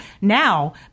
now